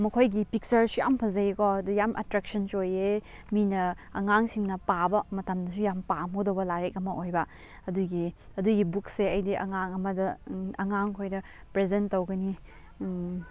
ꯃꯈꯣꯏꯒꯤ ꯄꯤꯛꯆꯔꯁꯨ ꯌꯥꯝ ꯐꯖꯩꯀꯣ ꯑꯗꯨ ꯌꯥꯝ ꯑꯦꯇ꯭ꯔꯦꯛꯁꯟꯁꯨ ꯑꯣꯏꯌꯦ ꯃꯤꯅ ꯑꯉꯥꯡꯁꯤꯡꯅ ꯄꯥꯕ ꯃꯇꯝꯗꯁꯨ ꯌꯥꯝ ꯄꯥꯝꯒꯗꯧꯕ ꯂꯥꯏꯔꯤꯛ ꯑꯃ ꯑꯣꯏꯕ ꯑꯗꯨꯒꯤ ꯑꯗꯨꯒꯤ ꯕꯨꯛꯁꯦ ꯑꯩꯗꯤ ꯑꯉꯥꯡ ꯑꯃꯗ ꯑꯉꯥꯡꯈꯣꯏꯗ ꯄ꯭ꯔꯖꯦꯟ ꯇꯧꯒꯅꯤ